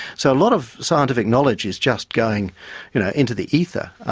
so a lot of scientific knowledge is just going into the ether.